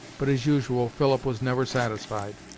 but, as usual, philip was never satisfied,